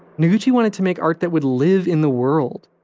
noguchi wanted to make art that would live in the world,